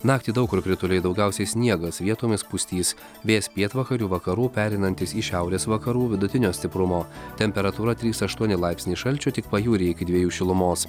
naktį daug kur krituliai daugiausiai sniegas vietomis pustys vėjas pietvakarių vakarų pereinantis į šiaurės vakarų vidutinio stiprumo temperatūra trys aštuoni laipsniai šalčio tik pajūryje iki dviejų šilumos